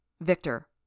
Victor